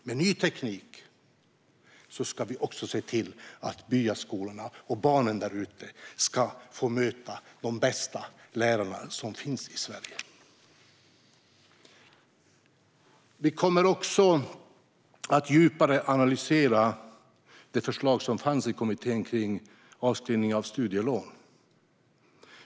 Med ny teknik ska vi se till att barnen i byskolorna får möta de bästa lärare som finns i Sverige. Vi kommer också att djupare analysera det förslag som fanns i kommittén om avskrivning av studielån.